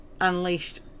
unleashed